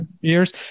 years